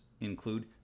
include